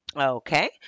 Okay